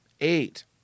eight